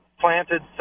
planted